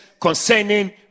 concerning